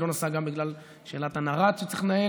היא לא נסעה גם בגלל שאלת הנר"ת שצריך לנהל